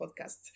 podcast